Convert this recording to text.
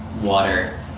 water